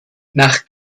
nach